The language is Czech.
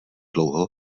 dlouho